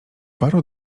paru